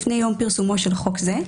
לפני יום פרסומו של חוק זה,